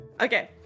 Okay